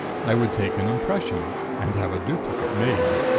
i would take an impression, and have a duplicate made.